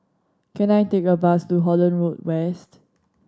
can I take a bus to Holland Road West